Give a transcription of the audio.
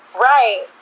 right